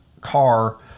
car